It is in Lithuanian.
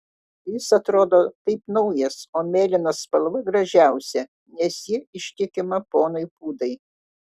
jis atrodo kaip naujas o mėlyna spalva gražiausia nes ji ištikima ponui pūdai